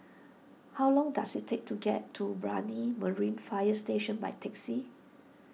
how long does it take to get to Brani Marine Fire Station by taxi